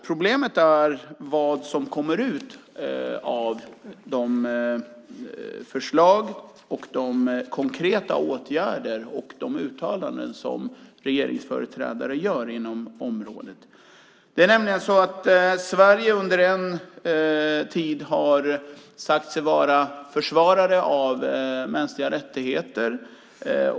Problemet är vad som kommer ut av de förslag och de konkreta åtgärder och uttalanden som regeringsföreträdare gör inom området. Det är nämligen så att Sverige under en tid har sagt sig vara försvarare av mänskliga rättigheter.